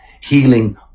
healing